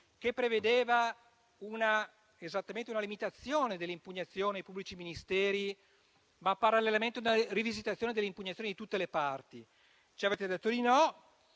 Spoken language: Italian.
che prevedeva esattamente una limitazione dell'impugnazione da parte dei pubblici ministeri, ma parallelamente una rivisitazione delle impugnazioni di tutte le parti. Ci avete risposto di no